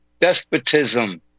despotism